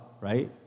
right